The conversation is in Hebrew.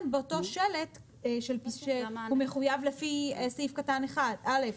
באותו שלט שהוא מחויב לפי סעיף קטן (א).